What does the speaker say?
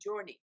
journey